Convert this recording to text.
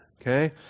Okay